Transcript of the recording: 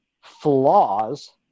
flaws